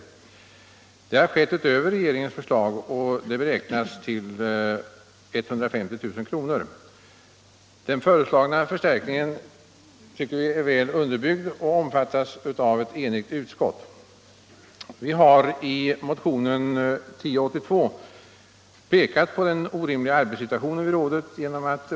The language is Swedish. Detta är en förstärkning utöver regeringens förslag, och kostnaderna härför beräknas till 150 000 kr. Den föreslagna förstärkningen är väl underbyggd och omfattas av ett enigt utskott. Vi har i motionen 1082 pekat på den orimliga arbetssituationen i rådet.